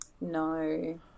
No